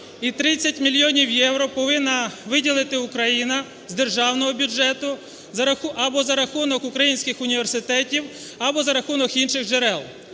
і 30 мільйонів євро повинна виділити Україна з державного бюджету або за рахунок українських університетів, або за рахунок інших джерел.